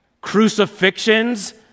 crucifixions